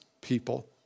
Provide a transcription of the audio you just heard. people